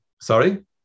sorry